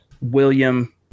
William